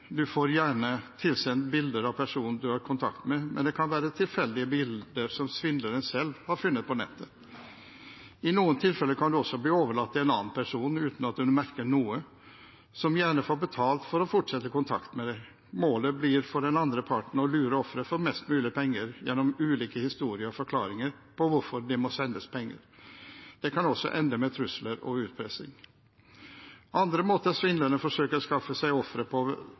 får gjerne tilsendt bilder av personen en har kontakt med, men det kan være tilfeldige bilder som svindleren selv har funnet på nettet. I noen tilfeller kan man også bli overlatt til en annen person uten at man merker noe, som gjerne får betalt for å fortsette kontakten. Målet blir for den andre parten å lure offeret for mest mulig penger gjennom ulike historier og forklaringer på hvorfor det må sendes penger. Det kan også ende med trusler og utpressing. Andre måter svindlerne forsøker å skaffe seg ofre på,